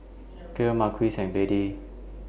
Kacie Marquis and Beadie